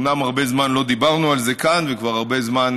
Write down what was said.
אומנם הרבה זמן לא דיברנו על זה כאן וכבר הרבה זמן